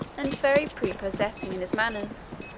and very prepossessing in his manners.